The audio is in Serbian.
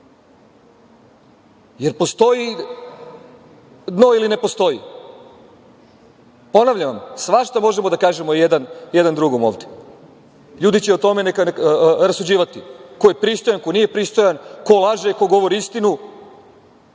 li postoji dno ili ne postoji? Ponavljam vam, svašta možemo da kažemo jedan drugom ovde, ljudi će o tome rasuđivati, ko je pristojan, ko nije pristojan, ko laže, ko govori istinu,